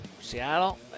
Seattle